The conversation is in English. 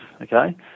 okay